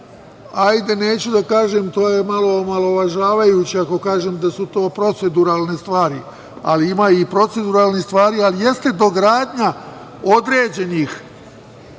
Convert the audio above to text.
hajde, neću da kažem, to je malo omalovažavajuće ako kažem da su to proceduralne stvari, ali ima i proceduralnih stvari, ali jeste dogradnja određenih